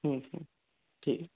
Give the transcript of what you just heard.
হুম হুম ঠিক আছে